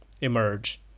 emerge